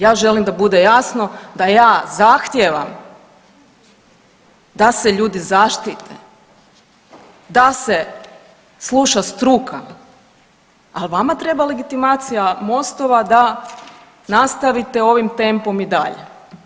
Ja želim da bude jasno da ja zahtijevam da se ljudi zaštite, da se sluša struka, ali vama treba legitimacija MOST-ova a nastavite ovim tempom i dalje.